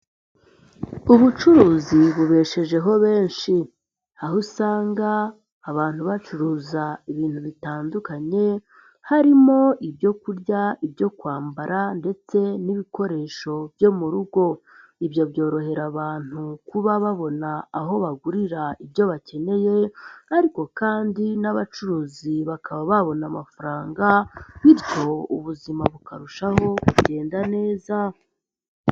Ubucuruzi bubeshejeho benshi aho usanga abantu bacuruza ibintu bitandukanye harimo ibyo kurya, ibyo kwambara ndetse n'ibikoresho byo mu rugo. Ibyo byorohera abantu kuba babona aho bagurira ibyo bakeneye ariko kandi n'abacuruzi bakaba babona amafaranga bityo ubuzima bukarushaho kugenda neza.